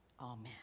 Amen